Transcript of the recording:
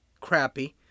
crappy